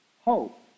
hope